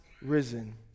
risen